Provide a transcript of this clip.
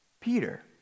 Peter